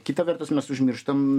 kita vertus mes užmirštam